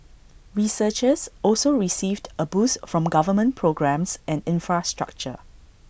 researchers also received A boost from government programmes and infrastructure